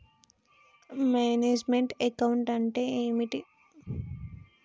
Manage meant account అంటే ఏమిటి?